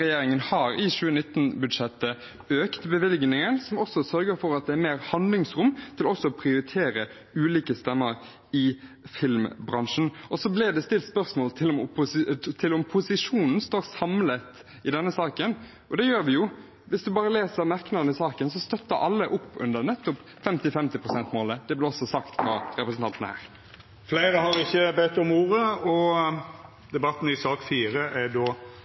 regjeringen har i 2019-budsjettet økt bevilgningen, noe som sørger for at det er mer handlingsrom til også å prioritere ulike stemmer i filmbransjen. Det ble stilt spørsmål ved om posisjonen står samlet i denne saken, og det gjør vi jo. Det er bare å lese merknaden i saken – alle støtter opp under nettopp femti-femti-målet. Det ble også sagt av representanten her. Fleire har ikkje bedt om ordet til sak nr. 4. Etter ønske frå familie- og